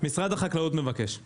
משרד החקלאות מבקש את זה.